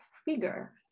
Figure